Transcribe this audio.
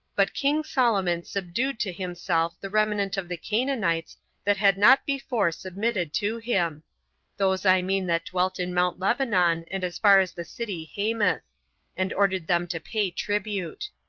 but king solomon subdued to himself the remnant of the canaanites that had not before submitted to him those i mean that dwelt in mount lebanon, and as far as the city hamath and ordered them to pay tribute.